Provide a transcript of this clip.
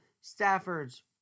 Staffords